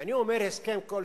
ואני אומר "הסכם כלשהו",